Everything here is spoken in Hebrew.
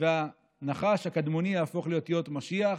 הנחש הקדמוני יהפוך לאותיות משיח,